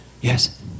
Yes